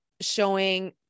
showing